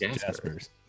Jaspers